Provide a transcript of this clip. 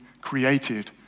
created